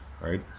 right